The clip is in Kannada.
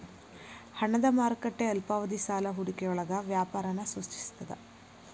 ಹಣದ ಮಾರುಕಟ್ಟೆ ಅಲ್ಪಾವಧಿ ಸಾಲ ಹೂಡಿಕೆಯೊಳಗ ವ್ಯಾಪಾರನ ಸೂಚಿಸ್ತದ